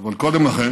אבל קודם לכן